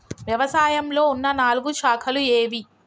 వ్యవసాయంలో ఉన్న నాలుగు శాఖలు ఏవి?